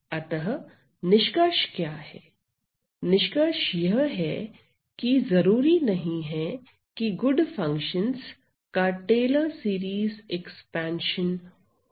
अतः निष्कर्ष क्या है निष्कर्ष यह है की जरूरी नहीं है की गुड फंक्शन का टेलर सीरीज एक्सपेंशन हो